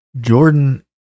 jordan